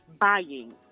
buying